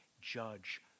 judge